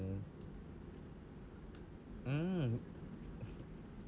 mm mm